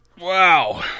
wow